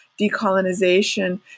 decolonization